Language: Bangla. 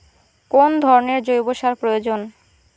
কোন ধরণের জৈব সার প্রয়োজন?